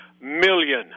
Million